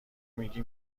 میگی